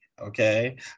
okay